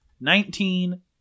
Nineteen